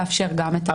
לאפשר גם אותם.